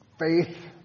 faith